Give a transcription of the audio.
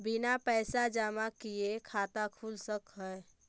बिना पैसा जमा किए खाता खुल सक है?